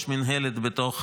יש מינהלת בתוך